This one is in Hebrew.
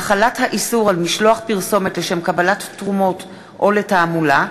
(החלת האיסור על משלוח פרסומת לשם קבלת תרומות או לתעמולה),